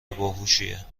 هوشیه